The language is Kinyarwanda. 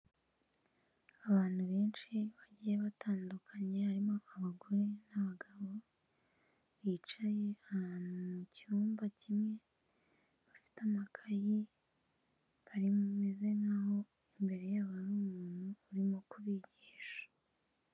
Abantu benshi bagiye batandukanye harimo abagore n'abagabo, bicaye ahantu mu cyumba kimwe bafite amakayi bameze nk'aho imbere yabo hari umuntu urimo kubigisha.